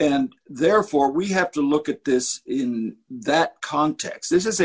and therefore we have to look at this in that context this is a